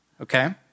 Okay